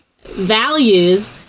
Values